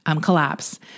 collapse